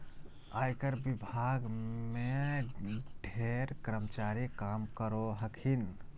आयकर विभाग में ढेर कर्मचारी काम करो हखिन